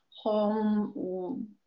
home